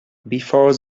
before